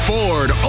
Ford